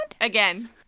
Again